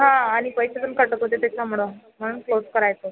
हां आणि पैसे पण कटत होते त्याच्यामुळं म्हणून क्लोज करायचं आहे